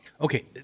Okay